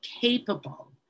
capable